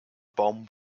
bomb